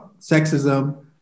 sexism